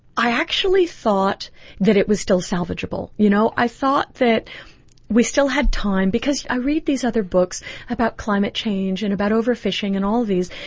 i actually thought that it was still salvageable. you know i thought that we still had time. because i read these other books about climate change and about overfishing and all of these,